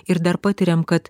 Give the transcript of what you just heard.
ir dar patiriam kad